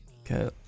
Okay